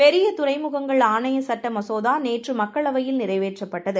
பெரியதுறைமுகங்கள்ஆணையசட்டமசோதாநேற்றுமக் களவையில்நிறைவேற்றப்பட்டது